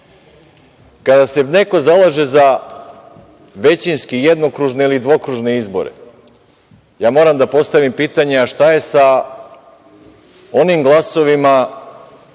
se neko zalaže za većinski, jednokružne ili dvokružne izbore, ja moram da postavim pitanje - a šta je sa onim glasovima